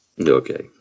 Okay